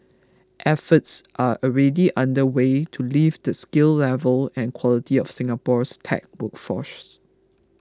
efforts are already underway to lift the skill level and quality of Singapore's tech workforce